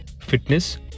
fitness